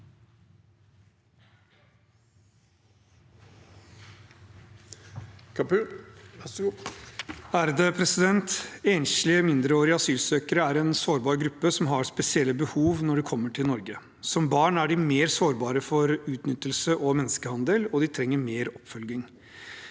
(H) Enslige mindreåri- ge asylsøkere er en sårbar gruppe som har spesielle behov når de kommer til Norge. Som barn er de mer sårbare for utnyttelse og menneskehandel, og de trenger mer oppfølging.